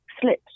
slips